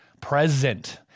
present